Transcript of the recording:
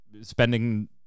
spending